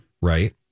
Right